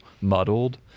muddled